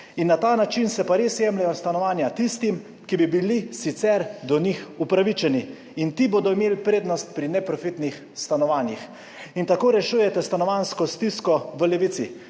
In na ta način se pa res jemljejo stanovanja tistim, ki bi bili sicer do njih upravičeni, in ti bodo imeli prednost pri neprofitnih stanovanjih. In tako rešujete stanovanjsko stisko v Levici.